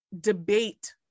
debate